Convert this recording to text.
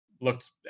looked